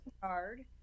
card